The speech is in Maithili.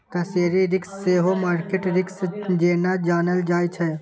करेंसी रिस्क सेहो मार्केट रिस्क जेना जानल जाइ छै